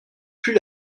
plus